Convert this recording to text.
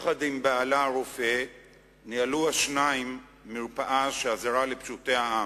היא ובעלה הרופא ניהלו מרפאה שעזרה לפשוטי העם.